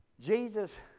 Jesus